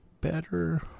better